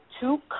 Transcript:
two